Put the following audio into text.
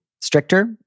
stricter